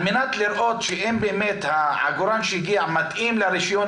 על-מנת לראות האם באמת העגורן שהגיע מתאים לרישיון